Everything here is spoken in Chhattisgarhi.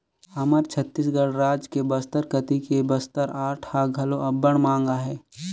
हमर छत्तीसगढ़ राज के बस्तर कती के बस्तर आर्ट ह घलो अब्बड़ मांग अहे